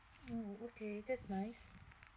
mmhmm okay that's nice